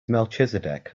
melchizedek